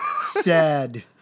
sad